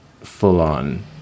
full-on